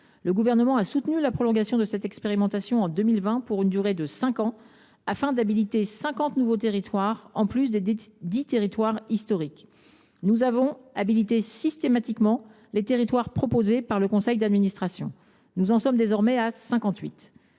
Le Gouvernement a soutenu la prolongation de cette expérimentation en 2020 pour une durée de cinq ans, afin d’habiliter 50 nouveaux territoires en plus des 10 territoires historiques. Nous avons habilité systématiquement les territoires proposés par le conseil d’administration. Nous en sommes désormais à 58.